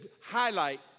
highlight